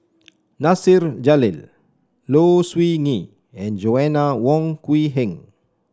Nasir Jalil Low Siew Nghee and Joanna Wong Quee Heng